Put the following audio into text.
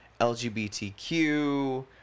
LGBTQ